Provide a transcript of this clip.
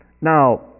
Now